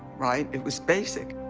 right? it was basic.